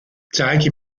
zeige